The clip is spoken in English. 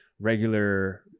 regular